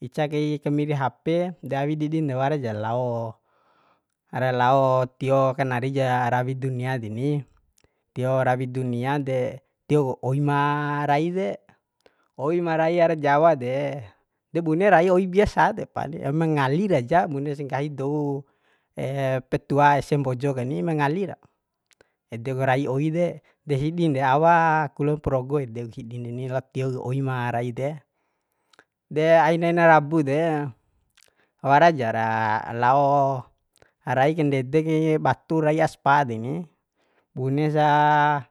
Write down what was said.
ica kai kamiri hape de awi didin de wara ja lao ra lao tio kanari ja rawi dunia deni tio rawi dunia de tioku oi ma rai de oi ma rai ara jawa de bune rai oi biasa depa ni mengalira aja bunesi nggahi dou petua ese mbojo kani mengalira ede ku rai oi de de hidin de awa kulo progo ede ku hidin deni lao tio ku oi ma rai de de ainaina rabu de wara jara lao rai kandede kai batu rai aspa deni bunesa